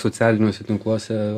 socialiniuose tinkluose